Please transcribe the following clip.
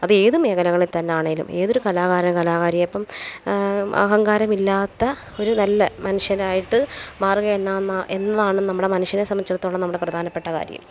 അത് ഏത് മേഖലകളിൽ തന്നെ ആണെങ്കിലും ഏതൊരു കലാകാരനോ കലാകാരിയോ ഇപ്പം അഹങ്കാരമില്ലാത്ത ഒരു നല്ല മനുഷ്യനായിട്ട് മാറുക എന്ന എന്നാണ് നമ്മുടെ മനുഷ്യനെ സംബന്ധിച്ചിടത്തോളം നമ്മുടെ പ്രധാനപ്പെട്ട കാര്യം